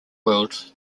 worlds